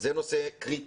זה נושא קריטי.